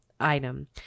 item